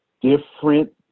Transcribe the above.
different